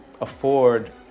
afford